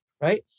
Right